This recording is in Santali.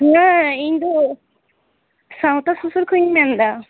ᱦᱮᱸ ᱤᱧ ᱫᱚ ᱥᱟᱶᱛᱟ ᱥᱩᱥᱟᱹᱨ ᱠᱷᱚᱡ ᱤᱧ ᱢᱮᱱᱫᱟ